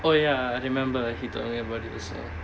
oh ya I remember he told me about it alo